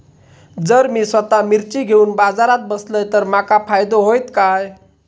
जर मी स्वतः मिर्ची घेवून बाजारात बसलय तर माका फायदो होयत काय?